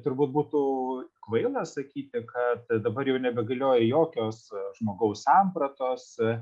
turbūt būtų kvaila sakyti kad dabar jau nebegalioja jokios žmogaus sampratos